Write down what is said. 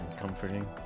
comforting